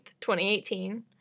2018